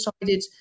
decided